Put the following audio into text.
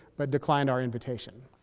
but declined our invitation.